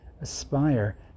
aspire